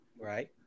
Right